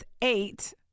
eight